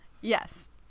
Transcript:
Yes